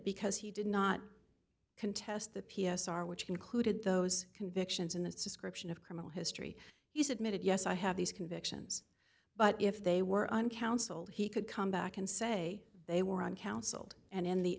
because he did not contest the p s r which included those convictions in this description of criminal history he's admitted yes i have these convictions but if they were on council he could come back and say they were on counseled and in the